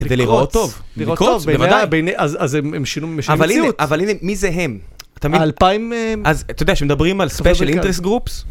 כדי להראות טוב. להראות טוב בעיני ה... -בוודאי. -אז, אז הם, הם שינו, הם משנים מציאות. אבל הנה, אבל הנה... מי זה הם? -האלפיים... -אז אתה יודע, כשמדברים על ספיישל אינטרס גרופס?